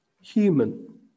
human